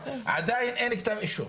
עדיין אין כתב אישום,